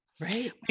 Right